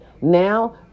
Now